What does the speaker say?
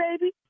baby